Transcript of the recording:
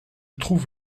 trouve